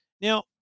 Now